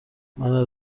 منم